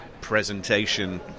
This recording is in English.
presentation